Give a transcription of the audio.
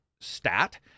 stat